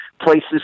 Places